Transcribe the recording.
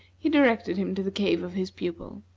he directed him to the cave of his pupil.